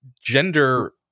gender